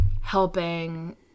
helping